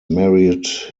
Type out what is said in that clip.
married